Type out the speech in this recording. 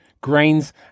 grains